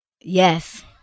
Yes